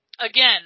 again